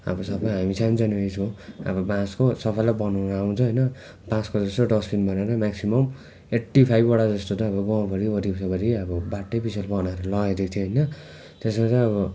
अब सबै हामी सानो सानो नै छौँ अब बाँसको सबैलाई बनाउनु आउँछ होइन बाँसको जस्तो डस्टबिन बनाएर मेक्सिमम् एट्टी फाइभवटा जस्तो चाहिँ अब गाउँभरि अब बाटैपिच्छे बनाएर लगाइदिएको थियो होइन त्यसमा चाहिँ अब